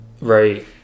Right